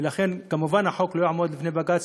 ולכן, כמובן, החוק לא יעמוד בפני בג"ץ.